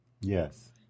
Yes